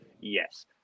Yes